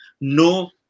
no